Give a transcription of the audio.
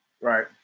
right